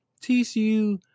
TCU